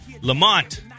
lamont